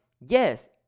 Yes